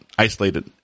Isolated